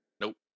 Nope